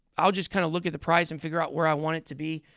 i'll just kind of look at the price and figure out where i want it to be.